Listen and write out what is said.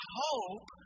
hope